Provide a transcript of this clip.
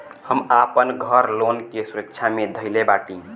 हम आपन घर लोन के सुरक्षा मे धईले बाटी